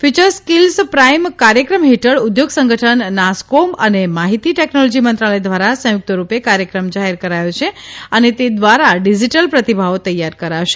future skills prime કાર્યક્રમ હેઠળ ઉદ્યોગ સંગઠન નાસકોમ અને માફીતી ટેકનોલોજી મંત્રાલય દ્વારા સંયુક્તરૂપે કાર્યક્રમ જાહેર કરાયો છે અને તે દ્વારા ડીજીટલ પ્રતિભાઓ તૈયાર કરાશે